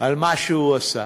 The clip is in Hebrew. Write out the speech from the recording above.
על מה שהוא עשה.